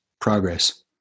progress